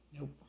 Nope